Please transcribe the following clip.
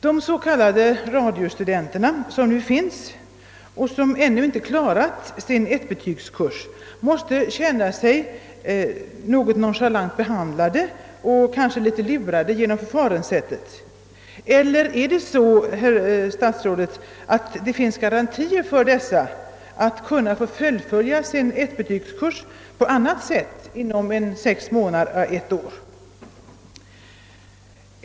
De s.k. radiostudenter som nu finns och som ännu inte klarat sin ettbetygskurs måste känna sig något nonchalant behandlade och kanske litet lurade genom förfaringssättet, Eller föreligger det garantier för att de skall kunna fullfölja sin ettbetygskurs på annat sätt inom sex månader eller ett år?